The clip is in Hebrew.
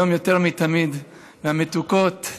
היום יותר מתמיד, והמתוקות,